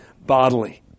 bodily